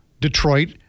Detroit